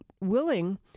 willing